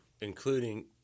including